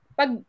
pag